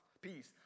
peace